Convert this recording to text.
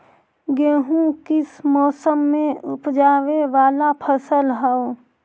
गेहूं किस मौसम में ऊपजावे वाला फसल हउ?